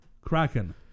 Kraken